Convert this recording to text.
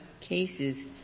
cases